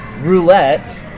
Roulette